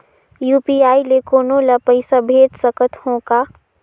UPI ले कोनो ला पइसा भेज सकत हों का?